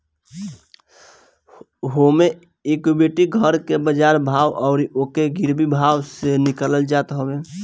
होमे equity घर के बाजार भाव अउरी ओके गिरवी भाव से निकालल जात हवे